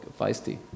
feisty